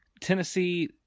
Tennessee